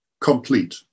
complete